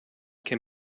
can